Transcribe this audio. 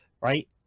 right